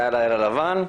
היה לילה לבן,